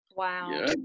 Wow